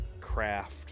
craft